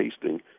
tasting